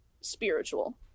spiritual